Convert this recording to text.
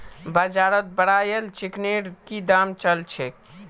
बाजारत ब्रायलर चिकनेर की दाम च ल छेक